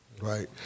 Right